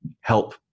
help